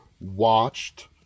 watched